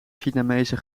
vietnamese